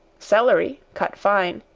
celery, cut fine,